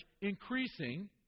Increasing